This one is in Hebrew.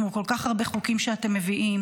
כמו כל כך הרבה חוקים שאתם מביאים,